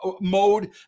mode